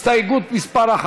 סתיו שפיר,